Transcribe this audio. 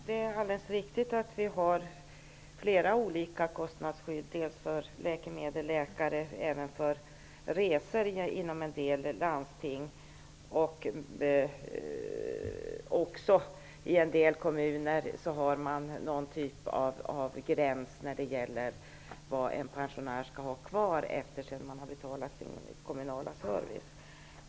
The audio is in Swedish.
Fru talman! Det är riktigt att vi har flera olika kostnadsskydd för läkemedel, läkare och även för resor inom en del landsting. I en del kommuner har man också någon typ av gräns för vad en pensionär skall ha kvar efter att ha betalat sin kommunala service.